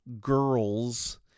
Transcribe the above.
girls